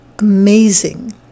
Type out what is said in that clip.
amazing